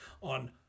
on